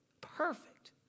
perfect